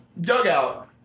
dugout